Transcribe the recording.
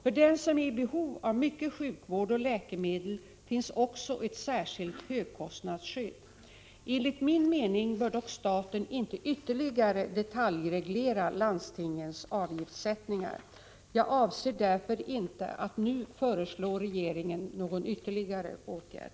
För den som är i behov av mycket sjukvård och läkemedel finns också ett särskilt högkostnadsskydd. Enligt min mening bör dock staten inte ytterligare detaljreglera landstingens avgiftssättningar. Jag avser därför inte att nu föreslå regeringen någon ytterligare åtgärd.